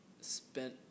spent